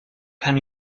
can